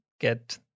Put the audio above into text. get